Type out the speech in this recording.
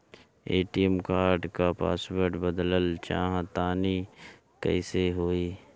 ATM card क password बदलल चाहा तानि कइसे होई?